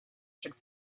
should